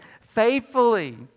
faithfully